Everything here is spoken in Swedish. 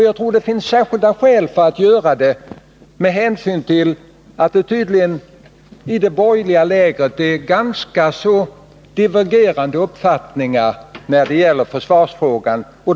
Jag tror det finns särskilda skäl för att göra det med hänsyn till att det i det borgerliga lägret tydligen finns ganska divergerande uppfattningar i försvarsfrågan.